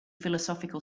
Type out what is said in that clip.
philosophical